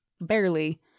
barely